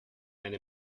eine